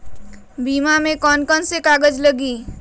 बीमा में कौन कौन से कागज लगी?